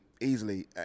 easily